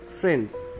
friends